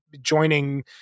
joining